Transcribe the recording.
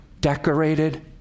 decorated